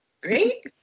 Great